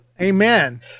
amen